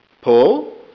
Paul